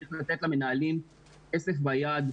צריך לתת למנהלים כסף ביד,